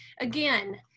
again